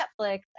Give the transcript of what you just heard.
Netflix